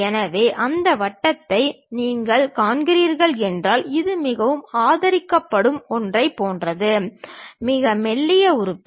எனவே அந்த வட்டத்தை நீங்கள் காண்கிறீர்கள் என்றால் இது மிகவும் ஆதரிக்கப்படும் ஒன்றைப் போன்றது மிக மெல்லிய உறுப்பு